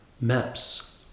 maps